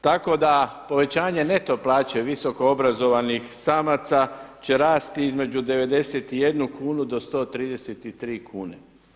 Tako da povećanje neto plaće visokoobrazovanih samaca će rasti između 91 kunu do 133 kune.